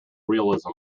realism